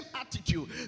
attitude